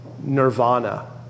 nirvana